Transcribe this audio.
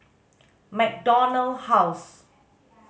MacDonald House